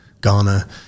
Ghana